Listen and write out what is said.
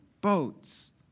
boats